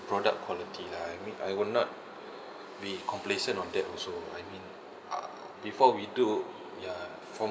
product quality lah I mean I will not be complacent on that also I mean uh before we do ya from